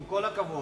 עם כל הכבוד.